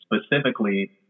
specifically